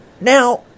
Now